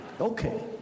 Okay